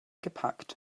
gepackt